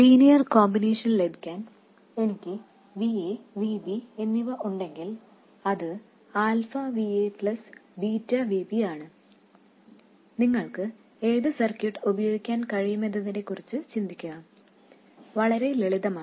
linear combination ലഭിക്കാൻ എനിക്ക് Va Vb എന്നിവ ഉണ്ടെങ്കിൽ അത് alpha Va plus beta Vb ആണ് നിങ്ങൾക്ക് ഏത് സർക്യൂട്ട് ഉപയോഗിക്കാൻ കഴിയുമെന്നതിനെക്കുറിച്ച് ചിന്തിക്കുക വളരെ ലളിതമാണ്